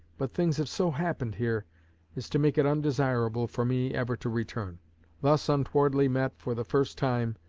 but things have so happened here as to make it undesirable for me ever to return thus untowardly met for the first time,